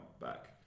back